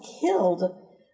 killed